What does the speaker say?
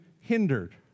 hindered